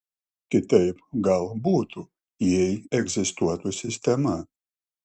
kitaip gal butų jei egzistuotų sistema